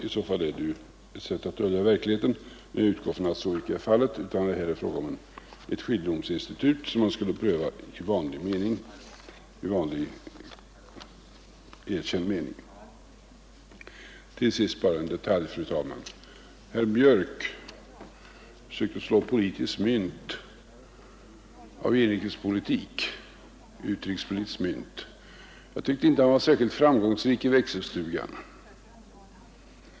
I så fall är det ju ett sätt att dölja verkligheten, men jag utgår ifrån att så icke är fallet utan att det här är fråga om ett skiljedomsinstitut i vanlig, erkänd mening. Till sist bara en detalj, fru talman! Herr Björk i Göteborg sökte slå utrikespolitiskt mynt av inrikespolitik. Jag tyckte inte han var särskilt framgångsrik i växelstugan.